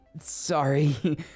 Sorry